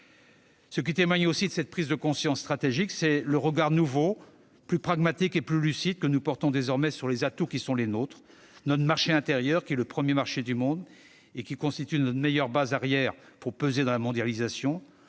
Ce qui témoigne aussi de cette prise de conscience stratégique, c'est le regard nouveau, plus pragmatique et plus lucide, que nous portons désormais sur les atouts qui sont les nôtres : notre marché intérieur, qui est le premier marché au monde et qui constitue notre meilleure base arrière pour peser dans la mondialisation